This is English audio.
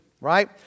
Right